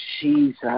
Jesus